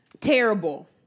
Terrible